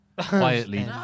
Quietly